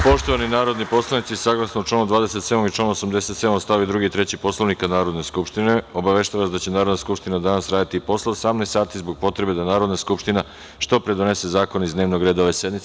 Poštovani narodni poslanici, saglasno članu 27. i članu 87. st. 2. i 3. Poslovnika Narodne skupštine, obaveštavam vas da će Narodna skupština danas raditi i posle 18.00 sati zbog potrebe da Narodna skupština što pre donese zakone iz dnevnog reda ove sednice.